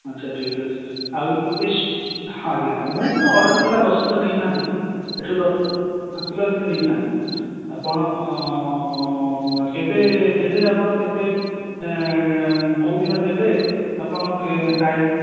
ଆଚ୍ଛା ଠିକ୍ ଅଛି ଆଉ ଆଜ୍ଞା ଆଜ୍ଞା ମୁଁ ତ ଅର୍ଡ଼ର ଥିଲା ଦଶ କିଲୋ ନେଇଥାନ୍ତି ଏଠୁ ଦଶ କିଲୋ ପାଞ୍ଚ କିଲୋ ଏମିତି ନେଇଥାନ୍ତି ଆପଣ କେବେ ଦେଲେ ଆପଣ କେତେ କେଉଁଦିନ ଦେଲେ ଆପଣ ଟାଇମ୍